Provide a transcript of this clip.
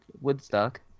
Woodstock